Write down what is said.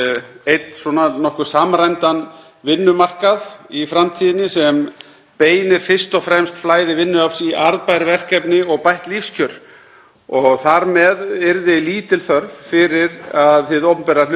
og þar með yrði lítil þörf fyrir að hið opinbera hlutist til um hvaða starfsvettvang fólk velur sér, svo sem með því að sporna sérstaklega gegn því að það gangi til starfa hjá hinu opinbera hafi það háskólamenntun. Það myndu menn kannski ekkert sérstaklega vilja.